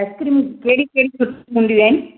ice cream कहिड़ी कहिड़ी हूंदियूं आहिनि